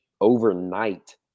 overnight